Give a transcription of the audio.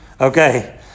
Okay